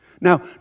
Now